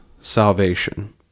salvation